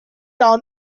down